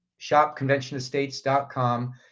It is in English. shopconventionestates.com